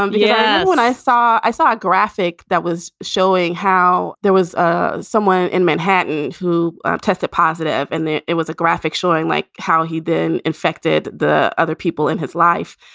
um yeah. when i saw i saw a graphic that was showing how there was ah someone in manhattan who tested positive and it was a graphic showing like how he then infected the other people in his life.